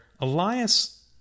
Elias